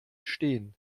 stehen